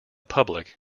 public